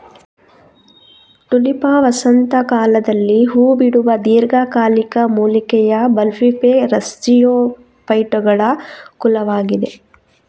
Tulipa ವಸಂತ ಕಾಲದಲ್ಲಿ ಹೂ ಬಿಡುವ ದೀರ್ಘಕಾಲಿಕ ಮೂಲಿಕೆಯ ಬಲ್ಬಿಫೆರಸ್ಜಿಯೋಫೈಟುಗಳ ಕುಲವಾಗಿದೆ